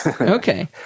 Okay